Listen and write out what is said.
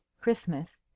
Christmas